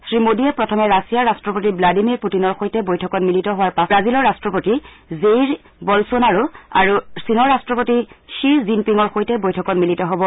শ্ৰীমোডীয়ে প্ৰথমে ৰাছিয়াৰ ৰট্টপতি ব্লাডিমিৰ পুটিনৰ সৈতে বৈঠকত মিলিত হোৱাৰ পাছত ক্ৰমে ৱাজিলৰ ৰাট্টপতি জেইৰ বলচনাৰো আৰু চীনৰ ৰাট্টীপতি শ্বি জিনপিঙৰ সৈতে বৈঠকত মিলিত হ'ব